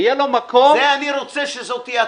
ואני רוצה שזאת תהיה ההתניה.